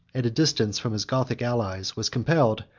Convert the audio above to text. at a distance from his gothic allies, was compelled,